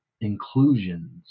inclusions